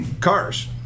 cars